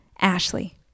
Ashley